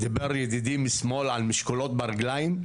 דיבר ידידי משמאל על משקולות ברגלים,